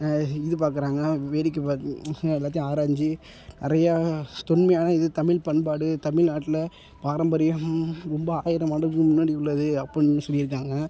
இது பார்க்குறாங்க வேடிக்கை பார்க்கு எல்லாத்தையும் ஆராய்ஞ்சி நிறையா தொன்மையான இது தமிழ் பண்பாடு தமிழ்நாட்ல பாரம்பரியம் ரொம்ப ஆயிரம் ஆண்டுகளுக்கு முன்னாடி உள்ளது அப்பிட்னு சொல்லியிருக்காங்க